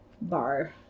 bar